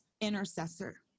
Intercessor